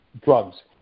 drugs